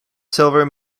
silver